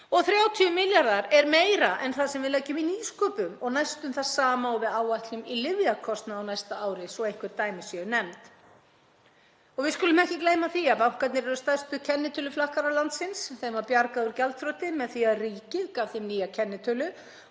Og 30 milljarðar er meira en það sem við leggjum í nýsköpun og næstum það sama og við áætlun í lyfjakostnað á næsta ári, svo einhver dæmi séu nefnd. Við skulum ekki gleyma því að bankarnir eru stærstu kennitöluflakkarar landsins. Þeim var bjargað úr gjaldþroti með því að ríkið gaf þeim nýja kennitölu